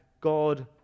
God